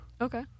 Okay